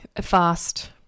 fast